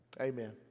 Amen